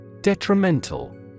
Detrimental